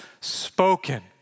spoken